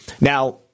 Now